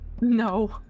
No